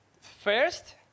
First